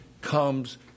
comes